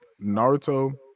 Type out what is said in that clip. Naruto